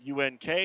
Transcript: UNK